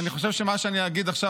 אני חושב שעם מה שאני אגיד עכשיו,